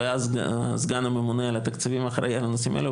הסגן הממונה על התקציבים על הנושאים האלה,